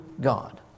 God